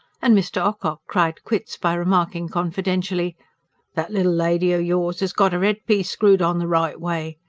and mr. ocock cried quits by remarking confidentially that little lady o' yours as got er eadpiece screwed on the right way.